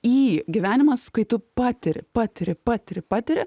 į gyvenimas kai tu patiri patiri patiri patiri